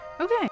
Okay